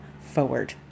forward